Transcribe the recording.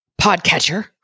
podcatcher